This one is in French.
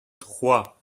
trois